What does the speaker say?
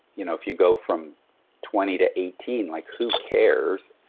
you know if you go from twenty to eighteen, like who cares?